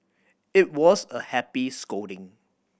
it was a happy scolding